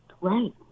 right